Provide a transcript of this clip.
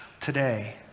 today